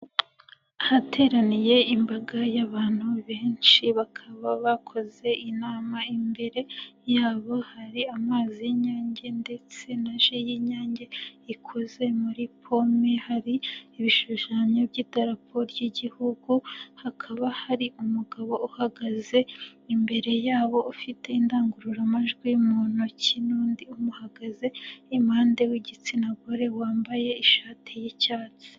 Ahateraniye imbaga y'abantu benshi bakaba bakoze inama imbere yabo hari amazi y'inyange ndetse na ji y'inyange ikoze muri pome, hari ibishushanyo by'idarapo ry'igihugu hakaba hari umugabo uhagaze imbere yabo ufite indangururamajwi mu ntoki, n'undi umuhagaze iruhande w'igitsina gore wambaye ishati y'icyatsi.